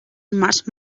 mas